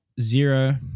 zero